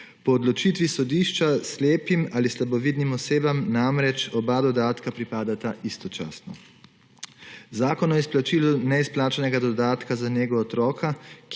Po odločitvi sodišča slepim ali slabovidnim osebam namreč oba dodatka pripadata istočasno. Zakon o izplačilu neizplačanega dodatka za nego otroka,